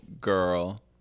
girl